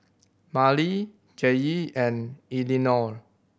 Merle Jaye and Elinore